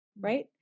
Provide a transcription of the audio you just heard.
right